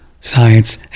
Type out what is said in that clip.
Science